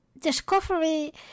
Discovery